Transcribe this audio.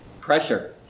pressure